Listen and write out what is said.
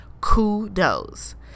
kudos